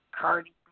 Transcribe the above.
Cardi